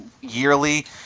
yearly